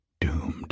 doomed